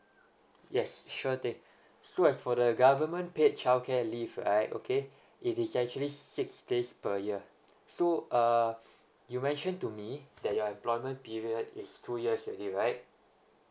yes sure thing so as for the government paid childcare leave right okay it is actually six days per year so err you mentioned to me that your employment period is two years already right